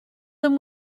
them